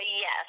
Yes